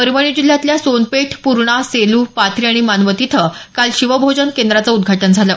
परभणी जिल्ह्यातल्या सोनपेठ पूर्णा सेलू पाथरी आणि मानवत इथं काल शिवभोजन केंद्राचं उद्घाटन झालं